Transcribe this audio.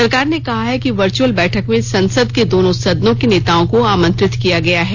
सरकार ने कहा है कि वर्चुअल बैठक में संसद के दोनों सदनों के नेताओं को आमंत्रित किया गया है